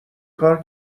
کار